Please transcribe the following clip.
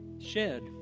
Shed